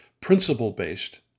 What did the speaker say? principle-based